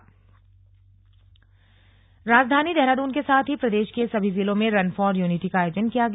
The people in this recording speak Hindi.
रन फॉर यूनिटी राजधानी देहरादून के साथ ही प्रदेश के सभी जिलों में रन फॉर यूनिटी का आयोजन किया गया